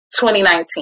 2019